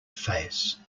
face